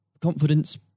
confidence